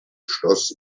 schloss